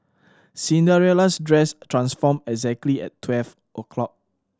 Cinderella's dress transformed exactly at twelve o'clock